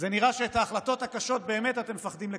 נראה שאת ההחלטות הקשות באמת אתם מפחדים לקבל.